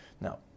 Now